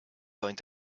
going